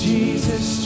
Jesus